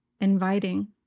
inviting